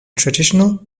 traditional